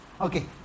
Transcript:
Okay